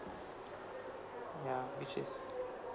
ya which is